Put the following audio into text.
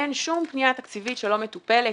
אין שום פנייה תקציבית שלא מטופלת.